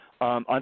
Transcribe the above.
On